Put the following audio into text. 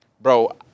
bro